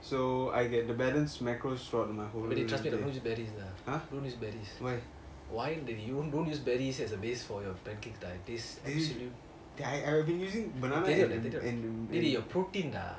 really trust me don't use berries don't use berries why don't use berries as your base for your pancakes lah it taste absolute தெரியும்டா தெரியும்டா டேய்:teriyumda teriyumda dei protein டா:daa